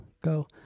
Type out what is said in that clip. go